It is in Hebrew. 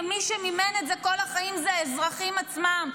מי שמימן את זה כל החיים זה האזרחים עצמם,